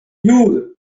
jur